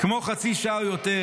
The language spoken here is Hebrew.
"כמו חצי שעה או יתר"